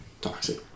toxic